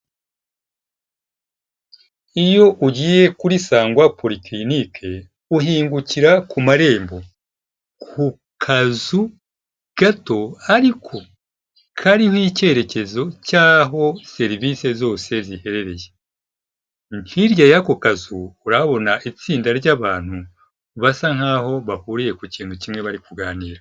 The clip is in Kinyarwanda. iyo ugiye kuri sangwa poykinke uhingukira ku marembo ku kazu gato ariko kariho icyerekezo cyaaho serivisi zose ziherereye hirya y'ako kazu urabona itsinda ryabantu basa nkahoho bahuriye ku kintu kimwe bari kuganira